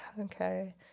okay